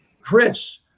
Chris